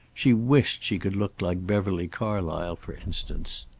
she wished she could look like beverly carlysle, for instance.